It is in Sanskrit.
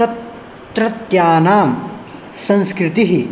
तत्रत्यानां संस्कृतिः